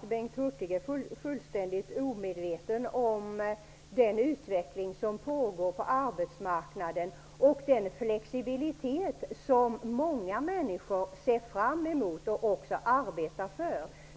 Är Bengt Hurtig möjligen fullständigt omedveten om den utveckling som pågår på arbetsmarknaden och den flexibilitet som många människor ser fram emot och arbetar för?